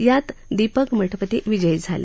यात दीपक मठपती विजयी झाले